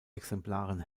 exemplaren